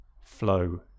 flow